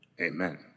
Amen